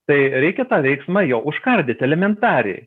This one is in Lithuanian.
tai reikia tą veiksmą jo užkardyt elementariai